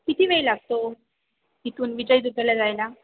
किती वेळ लागतो इथून विजयदुर्गला जायला